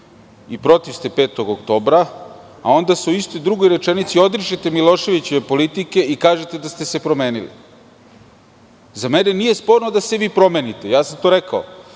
i protiv ste 5. oktobra, a onda se u drugoj rečenici odričete Miloševićeve politike i kažete da ste se promenili. Za mene nije sporno da se vi promenite. Kao čovek